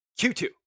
Q2